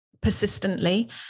persistently